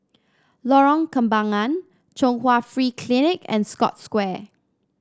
Lorong Kembagan Chung Hwa Free Clinic and Scotts Square